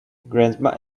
grandma